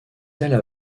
telles